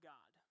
God